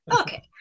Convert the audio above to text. Okay